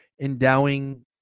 endowing